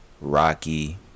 Rocky